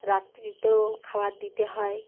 রাত্রিতেও খাবার দিতে হয়